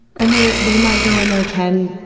and they they might go in there ten,